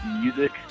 music